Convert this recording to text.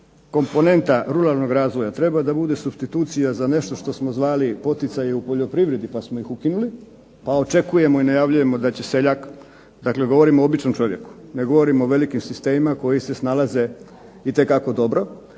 komponenta ruralnog razvoja treba da bude supstitucija za nešto što smo zvali poticaje u poljoprivredi pa smo ih ukinuli, pa očekujemo i najavljujemo da će seljak dakle govorim o običnom čovjeku, ne govorim o velikim sistemima koji se snalaze itekako dobro.